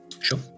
sure